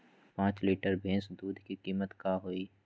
पाँच लीटर भेस दूध के कीमत का होई?